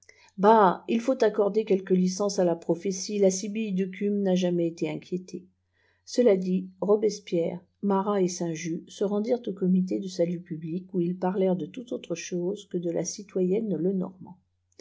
bah il faut accorder quelques licences à la prophétie la sibylle de cumes n'a jamais été inquiétée cela dit robespierre maratet saint justr se rendirent au comité de salut public où ils parlèrent de toute autre chose que de la citoyenne